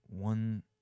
one